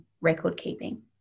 record-keeping